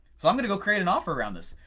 so i'm gonna go create an offer around this.